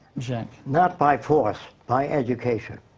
jacque? not by force. by education.